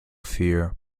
fear